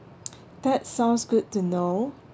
that sounds good to know